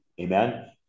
Amen